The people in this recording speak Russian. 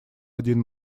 один